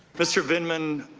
mr. vindman,